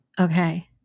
Okay